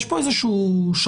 יש פה איזה שהיא שרשרת,